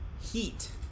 Heat